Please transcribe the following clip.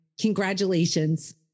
Congratulations